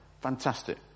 Fantastic